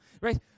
right